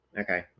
Okay